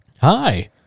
Hi